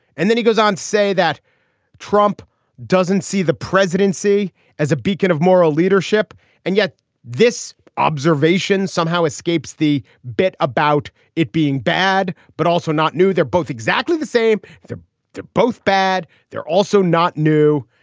and then he goes on to say that trump doesn't see the presidency as a beacon of moral leadership and yet this observation somehow escapes the bit about it being bad but also not new they're both exactly the same. they're they're both bad. they're also not new.